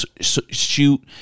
shoot